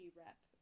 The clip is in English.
rep